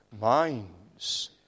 minds